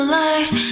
life